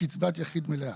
מקצבת יחיד מלאה.